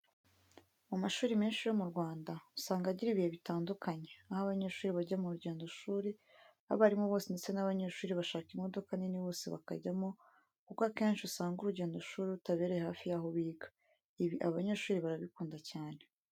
Mu mashuri menshi yo mu Rwanda usanga agira ibihe bitandukanye, aho abanyeshuri bajya mu rugendoshuri, abarimu bose ndetse n'abanyeshuri bashaka imodoka nini bose bakajyamo kuko akenshi usanga urugendoshuri rutabereye hafi yaho biga. Ibi abanyeshuri barabikunda cyane.